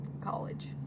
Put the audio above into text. college